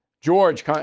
George